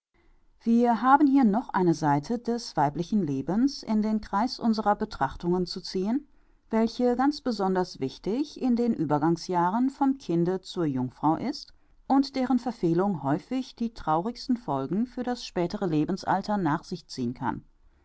wir haben hier noch eine seite des weiblichen lebens in den kreis unserer betrachtungen zu ziehen welche ganz besonders wichtig in den uebergangsjahren vom kinde zur jungfrau ist und deren verfehlung häufig die traurigsten folgen für das spätere lebensalter nach sich ziehen kann